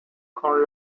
con